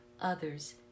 others